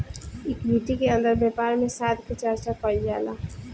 equity के अंदर व्यापार में साथ के चर्चा कईल जाला